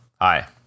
hi